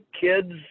kids